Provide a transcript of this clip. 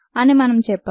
అని మనం చెప్పాం